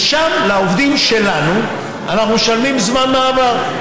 ושם לעובדים שלנו אנחנו משלמים זמן מעבָר.